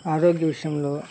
ఆరోగ్య విషయంలో